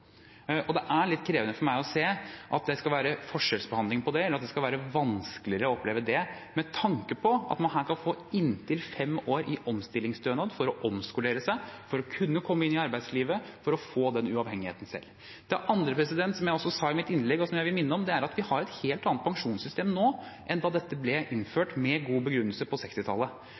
er litt krevende for meg å se at det skal være forskjellsbehandling på det, eller at det skal være vanskeligere å oppleve det, med tanke på at man her kan få inntil fem år i omstillingsstønad for å omskolere seg for å kunne komme inn i arbeidslivet for å få den uavhengigheten selv. Det andre, som jeg også sa i mitt innlegg, og som jeg vil minne om, er at vi har et helt annet pensjonssystem nå enn da dette ble innført med god begrunnelse på